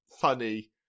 funny